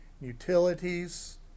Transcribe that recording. utilities